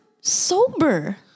sober